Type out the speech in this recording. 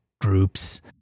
groups